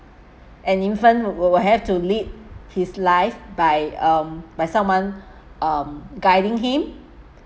an infant will will will have to lead his life by um by someone um guiding him